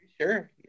sure